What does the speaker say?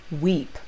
weep